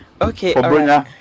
Okay